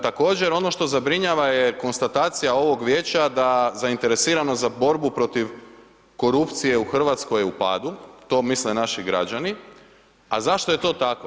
Također ono što zabrinjava je konstatacija ovog vijeća da zainteresiranost za borbu protiv korupcije je u padu, to misle naši građani, a zašto je to tako?